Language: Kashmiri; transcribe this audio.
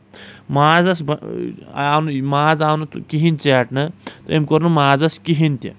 مازَس آو نہٕ ماز آو نہٕ کہینۍ ژیٹنہٕ تہٕ أمۍ کوٚر نہٕ مازَس کہینۍ تہِ